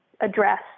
address